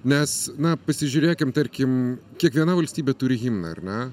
nes na pasižiūrėkim tarkim kiekviena valstybė turi himną ar ne